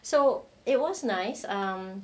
so it was nice um